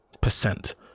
percent